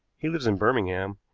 he lives in birmingham,